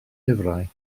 lyfrau